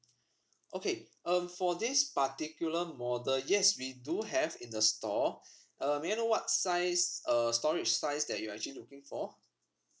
okay um for this particular model yes we do have in the store uh may I know what size uh storage size that you're actually looking for